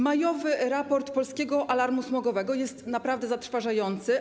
Majowy raport Polskiego Alarmu Smogowego jest naprawdę zatrważający.